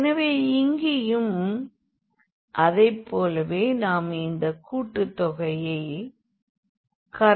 எனவே இங்கேயும் அதை போலவே நாம் இந்த கூட்டுத்தொகையை கருத்தில் கொள்ளுகிறோம்